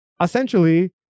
essentially